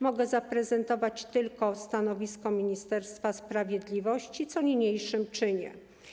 Mogę zaprezentować tylko stanowisko Ministerstwa Sprawiedliwości, co niniejszym czynię.